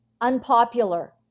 unpopular